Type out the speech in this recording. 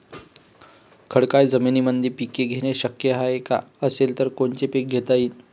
खडकाळ जमीनीमंदी पिके घेणे शक्य हाये का? असेल तर कोनचे पीक घेता येईन?